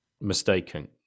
mistaken